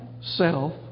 self